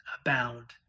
abound